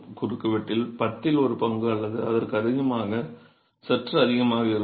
குறுக்குவெட்டில் பத்தில் ஒரு பங்கு அல்லது அதற்கும் அதிகமாக சற்று அதிகமாக இருக்கும்